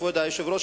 כבוד היושב-ראש,